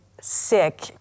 sick